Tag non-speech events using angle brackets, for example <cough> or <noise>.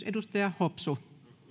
<unintelligible> edustaja hopsu